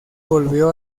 volvió